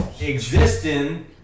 existing